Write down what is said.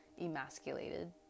emasculated